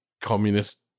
communist